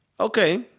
okay